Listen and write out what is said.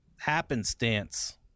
happenstance